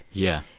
yeah.